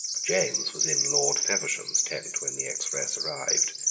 james was in lord feversham's tent when the express arrived.